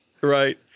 Right